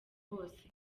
bose